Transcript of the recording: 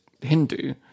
Hindu